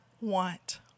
want